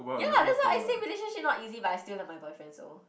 ya lah that's why I say relationship not easy but I still love my boyfriend so